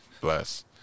bless